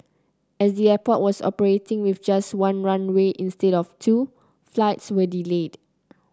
as the airport was operating with just one runway instead of two flights were delayed